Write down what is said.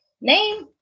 name